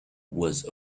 was